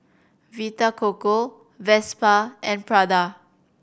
Vita Coco Vespa and Prada